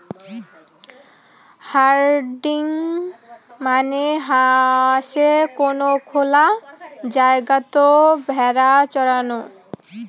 herding মানে হসে কোন খোলা জায়গাত ভেড়া চরানো